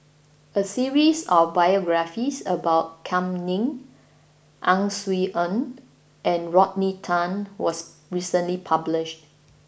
a series of biographies about Kam Ning Ang Swee Aun and Rodney Tan was recently published